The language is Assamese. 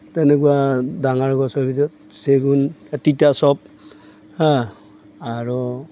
তেনেকুৱা ডাঙৰ গছৰ ভিতৰত চেগুন তিতা চঁপা হাঁ আৰু